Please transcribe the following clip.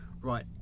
right